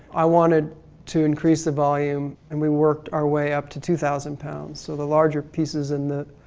i wanted to increase the volume and we worked our way up to two thousand pounds, so the larger pieces in the,